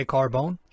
Carbone